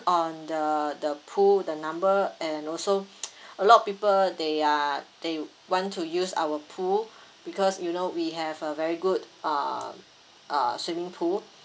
on the the pool the number and also a lot of people they are they want to use our pool because you know we have a very good um uh swimming pool